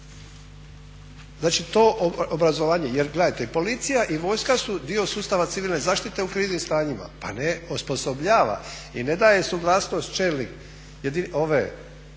Znači to obrazovanje jer gledajte, policija i vojska su dio sustava civilne zaštite u kriznim stanjima. Pa ne osposobljava i ne daje suglasnost čelnik